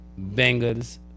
Bengals